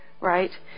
Right